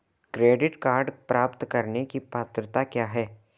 Credit card प्राप्त करने की पात्रता क्या है?